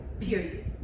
period